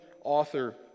author